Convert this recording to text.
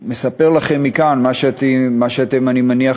אני מספר לכם מכאן מה שאתם אני מניח